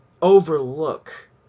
Overlook